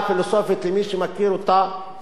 שנקראת בעיית האוטו-רפרנס,